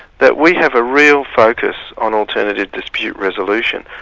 that we have a real focus on alternative dispute resolution.